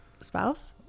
Spouse